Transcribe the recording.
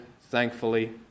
thankfully